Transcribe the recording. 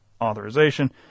authorization